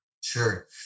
Sure